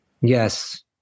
Yes